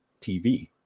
TV